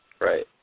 Right